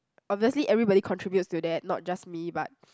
obviously everybody contributes to that not just me but